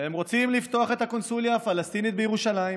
והם רוצים לפתוח את הקונסוליה הפלסטינית בירושלים.